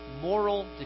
moral